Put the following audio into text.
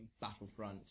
Battlefront